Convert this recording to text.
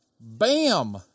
Bam